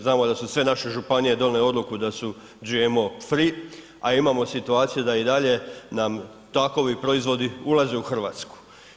Znamo da su sve naše županije donijele odluku da su GMO free, a imamo situacije da i dalje nam takovi proizvodi ulaze u Hrvatsku.